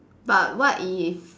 but what if